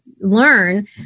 learn